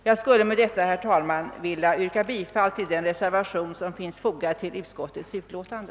Jag ber med detta, herr talman, att få yrka bifall till den reservation som är fogad vid utskottets utlåtande.